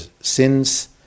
sins